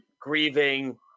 grieving